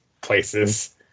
places